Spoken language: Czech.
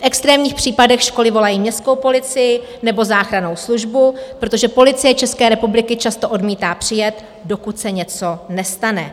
V extrémních případech školy volají městskou policii nebo záchrannou službu, protože Policie České republiky často odmítá přijet, dokud se něco nestane.